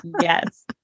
yes